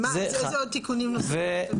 איזה עוד תיקונים נוספים?